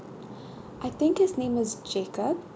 I think his name was jacob